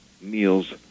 meals